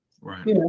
Right